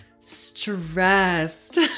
stressed